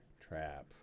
trap